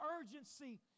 urgency